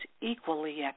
equally